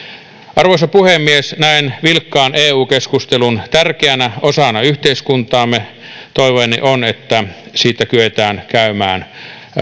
arvoisa puhemies näen vilkkaan eu keskustelun tärkeänä osana yhteiskuntaamme toiveeni on että sitä kyetään käymään